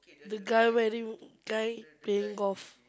the guy wearing guy playing golf